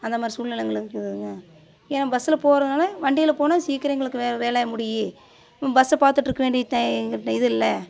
அந்த மாதிரி சூழ்நெலை எங்களுக்கு ஏன்னா பஸ்ஸில் போகிறதுனால வண்டியில் போனால் சீக்கரம் எங்களுக்கு வேலை முடியும் பஸ்ஸில் பார்த்துட்ருக்க வேண்டிய எங்கள்ட்ட இது இல்லை